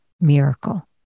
miracle